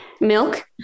Milk